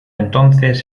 entonces